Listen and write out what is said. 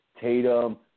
Tatum